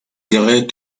dirait